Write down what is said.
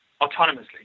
autonomously